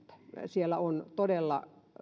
siellä on